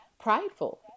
prideful